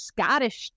Scottish